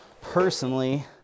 personally